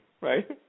Right